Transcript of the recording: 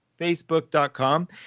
Facebook.com